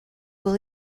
will